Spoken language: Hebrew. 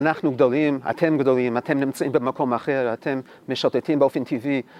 אנחנו גדולים, אתם גדולים, אתם נמצאים במקום אחר, אתם משוטטים באופן טבעי.